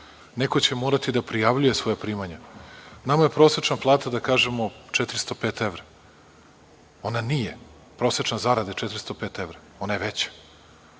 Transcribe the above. Neko će morati da prijavljuje svoja primanja. Nama je prosečna plata da kažemo 405 evra. Ona nije, prosečna zarada je 405 evra, ona je veća.